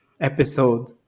episode